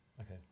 okay